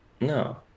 No